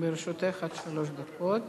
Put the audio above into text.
לרשותך עד שלוש דקות.